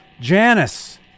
Janice